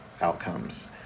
outcomes